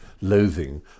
loathing